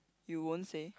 you won't say